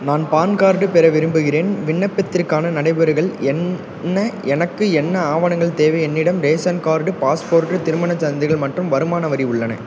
நான் PAN card பெற விரும்புகிறேன் விண்ணப்பத்திற்கான நடைமுறைகள் என்ன எனக்கு என்ன ஆவணங்கள் தேவை என்னிடம் ரேஷன் கார்டு பாஸ்போர்ட் திருமணச் சான்றிதழ் மற்றும் வருமான வரி உள்ளன